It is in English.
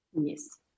Yes